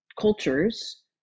cultures